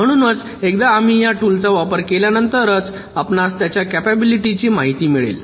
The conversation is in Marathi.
म्हणूनच एकदा आम्ही या टुल्स चा वापर केल्या नंतरच आपणास त्याच्या कॅपॅबिलिटी ची माहिती मिळेल